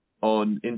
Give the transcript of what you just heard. on